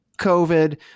COVID